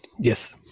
Yes